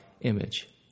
image